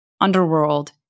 underworld